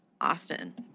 Austin